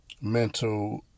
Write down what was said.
mental